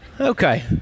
Okay